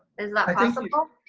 is that possible?